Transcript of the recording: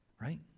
Right